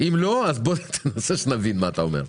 אם לא, אז בוא תנסה שאנחנו נבין מה שאתה אומר.